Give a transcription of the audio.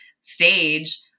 stage